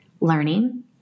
learning